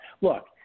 look